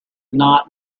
not